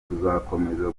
tuzakomeza